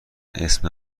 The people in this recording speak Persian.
اسم